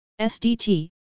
SDT